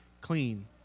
clean